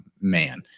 man